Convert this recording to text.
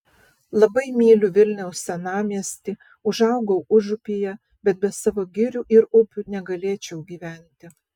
labai myliu vilniaus senamiestį užaugau užupyje bet be savo girių ir upių negalėčiau gyventi